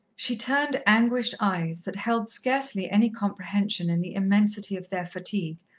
she turned anguished eyes, that held scarcely any comprehension in the immensity of their fatigue,